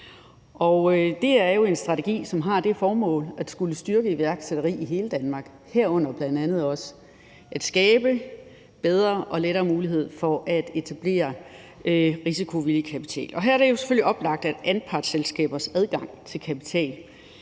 det er jo en strategi, som har det formål at skulle styrke iværksætteriet i hele Danmark, herunder bl.a. også at skabe bedre og lettere mulighed for at etablere risikovillig kapital, og her er det jo selvfølgelig oplagt, at anpartsselskabers adgang til kapital